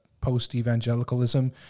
post-evangelicalism